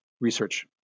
research